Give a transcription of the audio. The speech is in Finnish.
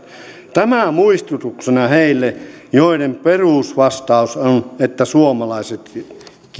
tämä muistutuksena heille joiden perusvastaus on että suomalaisetkin